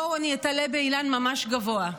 בואו, אני איתלה באילן ממש גבוה.